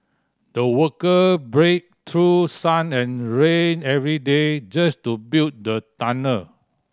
the worker braved through sun and rain every day just to build the tunnel